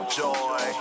joy